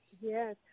Yes